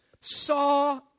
saw